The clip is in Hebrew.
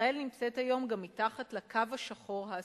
ישראל נמצאת היום גם מתחת לקו השחור האסור.